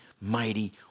mighty